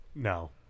No